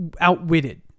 outwitted